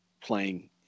playing –